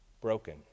broken